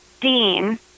dean